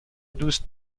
دوست